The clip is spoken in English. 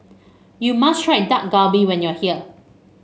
you must try Dak Galbi when you are here